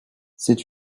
c’est